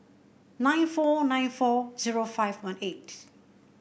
nine four nine four zero five one eight